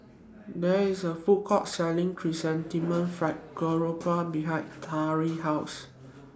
There IS A Food Court Selling Chrysanthemum Fried Grouper behind Tariq's House